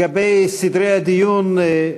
לגבי סדרי הדיון,